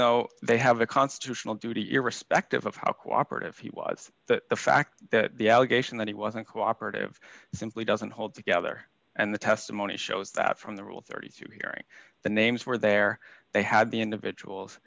though they have a constitutional duty irrespective of how cooperative he was the fact that the allegation that he wasn't cooperative simply doesn't hold together and the testimony shows that from the rule thirty two hearing the names were there they had the individuals